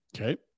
Okay